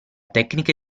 tecnica